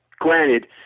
granted